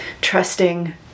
trusting